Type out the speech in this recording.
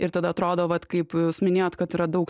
ir tada atrodo vat kaip jūs minėjot kad yra daug